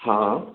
ہاں